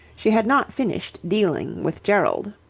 she had not finished dealing with gerald.